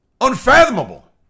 unfathomable